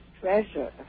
treasure